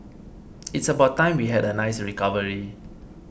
it's about time we had a nice recovery